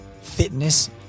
fitness